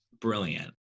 Brilliant